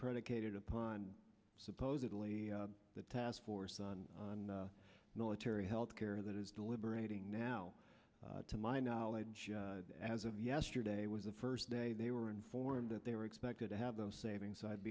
predicated upon supposedly the task force on the military health care that is deliberating now to my knowledge as of yesterday was the first day they were informed that they were expected to have those savings i'd